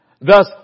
thus